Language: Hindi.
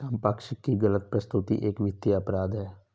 संपार्श्विक की गलत प्रस्तुति एक वित्तीय अपराध है